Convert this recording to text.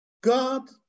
God